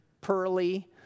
pearly